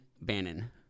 Bannon